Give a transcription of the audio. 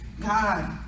God